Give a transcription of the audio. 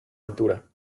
altura